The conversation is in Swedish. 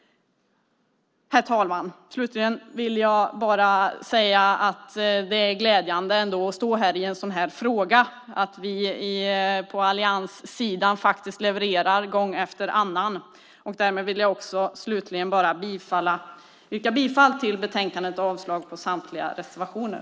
Herr talman! Slutligen vill jag säga att det är glädjande att stå här och diskutera en sådan här fråga och att vi på allianssidan faktiskt levererar gång efter annan. Jag yrkar bifall till förslaget i betänkandet och avslag på samtliga reservationer.